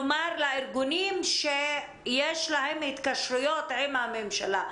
כלומר לארגונים שיש להם התקשרויות עם הממשלה.